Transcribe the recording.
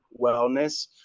wellness